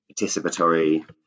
participatory